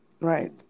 right